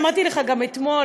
אמרתי לך גם אתמול,